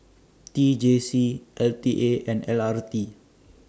T J C L T A and L R T